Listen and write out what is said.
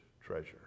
treasure